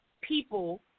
people